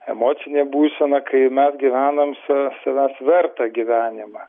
emocinė būsena kai mes gyvenam sa savęs vertą gyvenimą